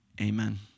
Amen